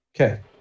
Okay